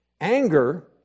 Anger